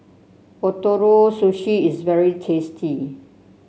Ootoro Sushi is very tasty